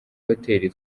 hoteli